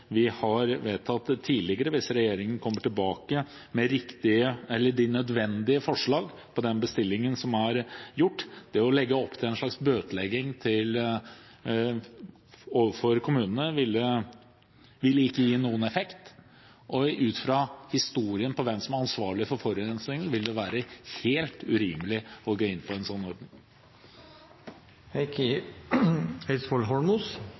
har gjort tidligere. At regjeringen kommer tilbake med de nødvendige forslag på den bestillingen som er gjort, ved å legge opp til en slags bøtelegging overfor kommunene, vil ikke gi noen effekt. Ut fra historien når det gjelder hvem som er ansvarlig for forurensningen, vil det være helt urimelig å gå inn på en sånn ordning.